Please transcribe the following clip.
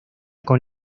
con